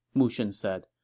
mu shun said.